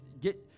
get